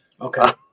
Okay